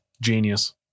Genius